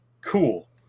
cool